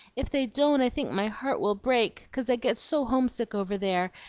if they don't, i think my heart will break, cause i get so homesick over there,